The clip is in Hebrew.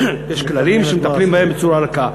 יש כללים שמטפלים בהם בצורה רכה.